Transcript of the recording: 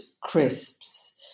crisps